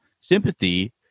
sympathy